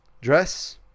dress